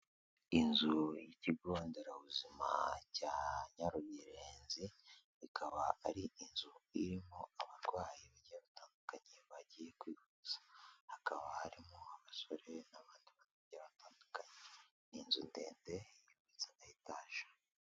Inzu y'ikigo nderabuzima cya Nyarugerenzi, ikaba ari inzu irimo abarwayi babiye bitandukanye bagiye kwivuza. Hakaba harimo abasore n'abandi bantu bagiye batundukanye. Inzu ndende, inzu ni etage.